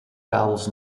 kabels